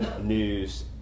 news